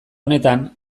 honetan